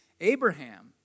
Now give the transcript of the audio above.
Abraham